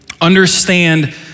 understand